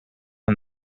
and